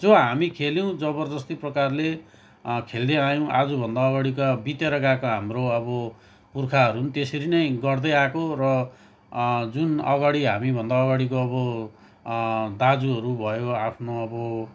जो हामी खेल्यौँ जबर्जस्ती प्रकारले खेल्दै आयौँ आजभन्दा अगाडिका बितेर गएका हाम्रो अब पुर्खाहरू पनि त्यसरी नै गर्दै आएको र जुन अगाडि हामीभन्दा अगाडिको अब दाजुहरू भयो आफ्नो अब